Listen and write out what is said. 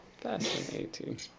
Fascinating